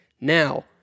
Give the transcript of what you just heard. Now